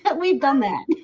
and we've done that.